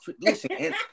listen